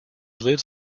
lives